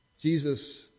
Jesus